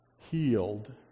healed